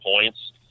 points